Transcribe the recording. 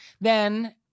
then-